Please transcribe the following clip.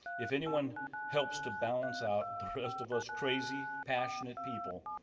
if anyone helps to balance out the rest of us crazy passionate people,